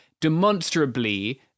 demonstrably